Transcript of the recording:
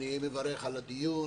אני מברך על הדיון,